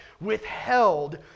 withheld